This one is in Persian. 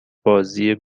بازی